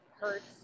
hurts